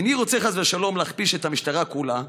איני רוצה חס ושלום להכפיש את המשטרה כולה,